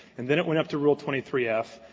and then it went up to rule twenty three f,